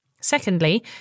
Secondly